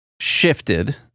shifted